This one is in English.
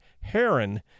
heron